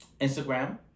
Instagram